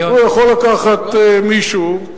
הוא יכול לקחת מישהו,